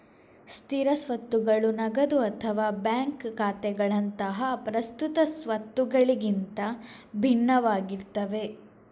ಸ್ಥಿರ ಸ್ವತ್ತುಗಳು ನಗದು ಅಥವಾ ಬ್ಯಾಂಕ್ ಖಾತೆಗಳಂತಹ ಪ್ರಸ್ತುತ ಸ್ವತ್ತುಗಳಿಗಿಂತ ಭಿನ್ನವಾಗಿರ್ತವೆ